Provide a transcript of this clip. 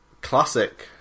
Classic